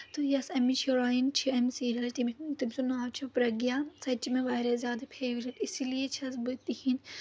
تہٕ یۄس اَمِچ ہیرٲیِن چھِ اَمہِ سیٖریلٕچ تٔمۍ تٔمۍ سُنٛد ناو چھِ پرگیا سۄ تہِ چھِ مےٚ واریاہ زیادٕ فیورِٹ اسی لیے چھَس بہٕ تِہنٛدۍ